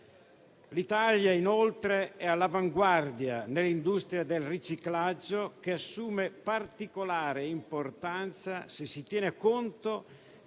L'Italia, inoltre, è all'avanguardia nell'industria del riciclaggio, che assume particolare importanza se si tiene conto